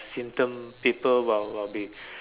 symptom people will will be